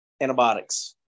antibiotics